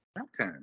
Okay